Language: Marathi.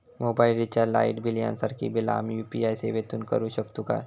मोबाईल रिचार्ज, लाईट बिल यांसारखी बिला आम्ही यू.पी.आय सेवेतून करू शकतू काय?